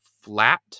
flat